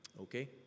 okay